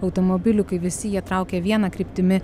automobilių kai visi jie traukia viena kryptimi